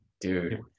dude